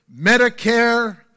Medicare